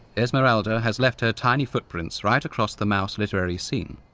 esmeralda has left her tiny footprints right across the mouse literary scene.